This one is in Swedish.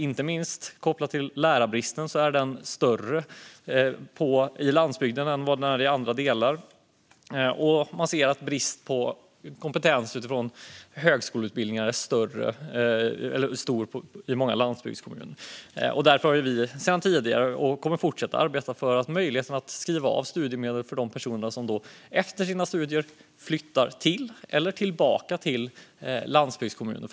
Det gäller inte minst lärarbristen. Den är större på landsbygden än i andra delar. Bristen på högskolekompetens är stor i många landsbygdskommuner. Därför har vi sedan tidigare arbetat för, och kommer att fortsätta att arbeta för, möjligheten att skriva av studiemedel för de personer som efter studierna flyttar till eller flyttar tillbaka till landsbygdskommuner.